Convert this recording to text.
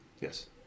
Yes